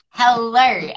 Hello